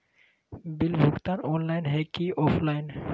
Bill भुगतान online है की ऑफलाइन?